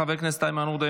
חבר הכנסת איימן עודה,